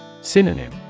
Synonym